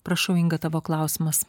prašau inga tavo klausimas